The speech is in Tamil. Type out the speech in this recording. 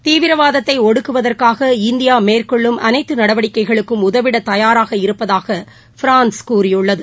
தீவிரவாதத்தைஒடுக்குவதற்காக இந்தியாமேற்கொள்ளும் அனைத்துநடவடிக்கைகளுக்கும் உதவிடதயாராக இருப்பதாகபிரான்ஸ் கூறியுள்ளது